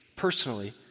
personally